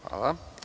Hvala.